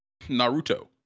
Naruto